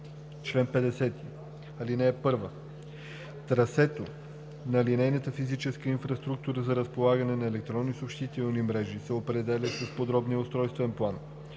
„Чл. 50. (1) Трасето на линейната физическа инфраструктура за разполагане на електронни съобщителни мрежи се определя с подробния устройствен план,